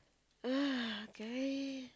uh kay